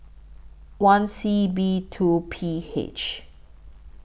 one C B two P H